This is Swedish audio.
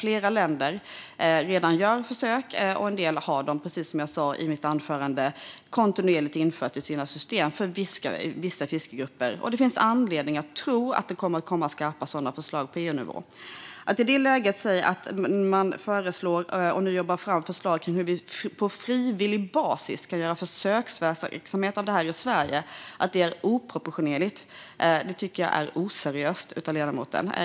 Flera länder gör redan försök, och en del länder har som sagt kontinuerligt infört det i sina system för vissa fiskegrupper. Det finns anledning att tro att det kommer att komma sådana skarpa förslag på EU-nivå. Att i det läget säga att det är oproportionerligt att i Sverige föreslå och på frivillig basis jobba fram förslag på försöksverksamhet tycker jag är oseriöst av ledamoten.